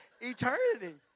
eternity